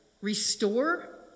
Restore